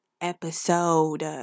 episode